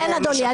כן אדוני.